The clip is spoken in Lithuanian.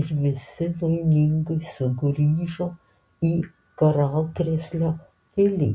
ir visi laimingai sugrįžo į karalkrėslio pilį